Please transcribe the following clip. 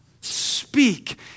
Speak